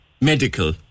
medical